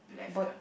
but